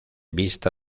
vista